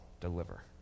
deliver